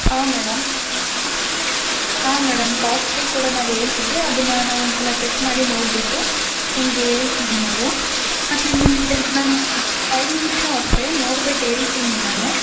ಆಂ madam ಆ ಆಂ madam cost ಕೂಡ ನಾವು ಹೇಳ್ತೀವಿ ಅದನ್ನ ನಾವು ಒಂದು ಸಲ ಚೆಕ್ ಮಾಡಿ ನೋಡಿಬಿಟ್ಟು ನಿಮಗೆ ಹೇಳ್ತೀವಿ ನಾವು ಆದರೆ ನಿಮಗೆ ನಾನು ಟೈಮಿಂಗ್ಸ್ನು ಅಷ್ಟೇ ನೋಡ್ಬಿಟ್ಟು ಹೇಳ್ತೀನಿ ನಾನು